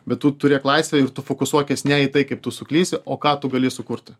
bet tu turėk laisvę ir tu fokusuokis ne į tai kaip tu suklysi o ką tu gali sukurti